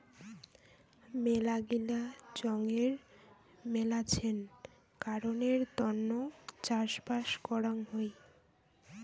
মেলাগিলা চঙের মেলাছেন কারণের তন্ন চাষবাস করাং হই